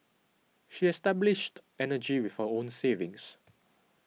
she established energy with her own savings